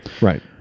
Right